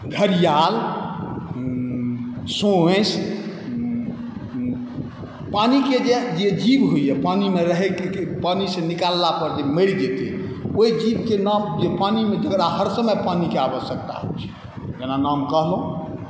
घड़िआल सोँसि पानीके जे जीव होइए पानीमे जे रहै पानीसँ निकाललापर जे मरि जेतै ओहि जीवके नाम जे पानीमे जकरा हर समय पानीके आवश्यकता छै जेना नाम कहलौँ